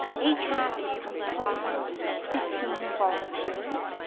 acat is comprised of fifteen volunteers,